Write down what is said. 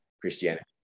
christianity